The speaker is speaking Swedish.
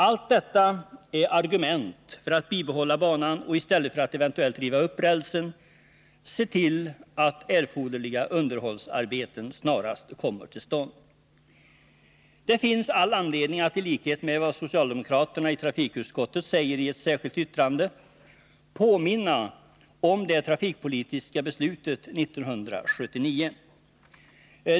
Allt detta är argument för att bibehålla banan och, i stället för att eventuellt riva upp rälsen, se till att erforderliga underhållsarbeten snarast kommer till stånd. Det finns all anledning att — i likhet med vad socialdemokraterna i trafikutskottet säger i ett särskilt yttrande — påminna om det trafikpolitiska beslutet 1979.